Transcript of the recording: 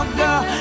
girl